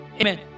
amen